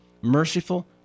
merciful